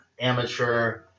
amateur